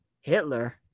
Hitler